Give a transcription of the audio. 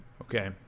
Okay